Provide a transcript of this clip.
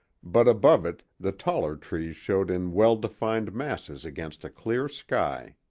but above it the taller trees showed in well-defined masses against a clear sky.